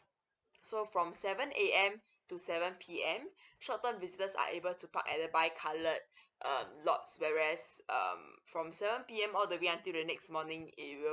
so from seven A_M to seven P_M short term visitors are able to park at the by coloured um lots whereas um from seven P_M all the way until the next morning it will